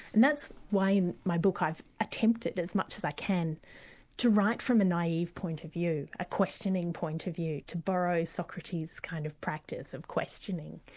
and that's why in my book i've attempted as much as i can to write from the naive point of view, a questioning point of view, to borrow socrates' kind of practice of questioning,